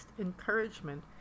encouragement